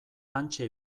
hantxe